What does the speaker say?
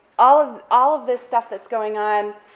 all of all of this stuff that's going on,